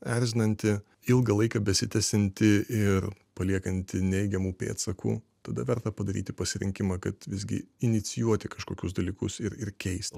erzinanti ilgą laiką besitęsianti ir paliekanti neigiamų pėdsakų tada verta padaryti pasirinkimą kad visgi inicijuoti kažkokius dalykus ir keisti